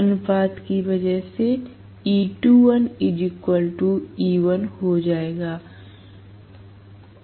अनुपात की वजह से E2l E1 हो जाएगा